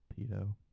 Pedo